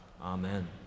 Amen